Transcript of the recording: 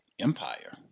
empire